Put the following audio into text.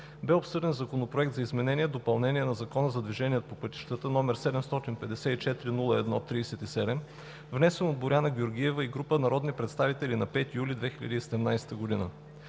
бе обсъден Законопроект за изменение и допълнение на Закона за движението по пътищата, № 754-01-37, внесен от Боряна Георгиева и група народни представители на 5 юли 2017 г.